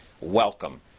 Welcome